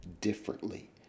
differently